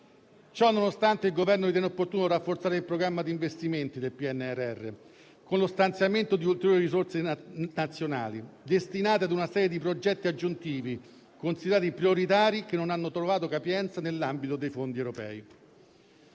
Ciononostante, il Governo ritiene opportuno rafforzare il programma di investimenti del PNRR con lo stanziamento di ulteriori risorse nazionali, destinate a una serie di progetti aggiuntivi considerati prioritari, che non hanno trovato capienza nell'ambito dei fondi europei.